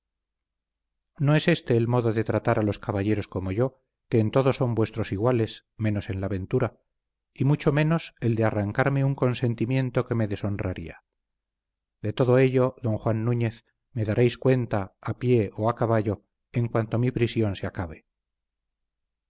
no es este el modo de tratar a los caballeros como yo que en todo son vuestros iguales menos en la ventura y mucho menos el de arrancarme un consentimiento que me deshonraría de todo ello don juan núñez me daréis cuenta a pie o a caballo en cuanto mi prisión se acabe